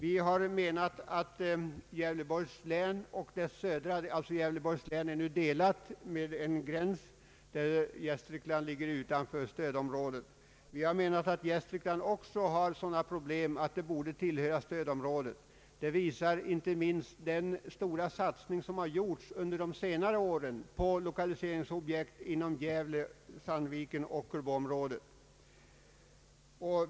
Vi har menat att Gävleborgs län — som nu är delat av en gräns som innebär att Gästrikland ligger utanför stödområdet — helt bör ingå i stödområdet. Vi menar nämligen att Gästrikland har sådana problem att det bör tillhöra stödområdet. Detta visar inte minst den stora satsning som under senare år gjorts på lokaliseringsobjekt inom Gävle-, Sandvikenoch Ockelboområdena.